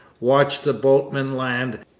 watched the boatmen land,